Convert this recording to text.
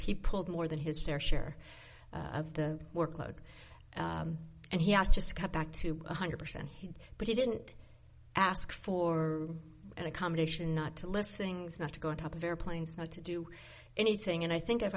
he pulled more than his fair share of the workload and he has just come back to one hundred percent but he didn't ask for an accommodation not to lift things not to go on top of airplanes not to do anything and i think if